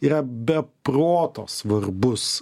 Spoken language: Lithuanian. yra be proto svarbus